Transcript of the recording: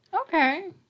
Okay